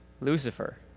Lucifer